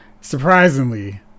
Surprisingly